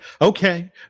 okay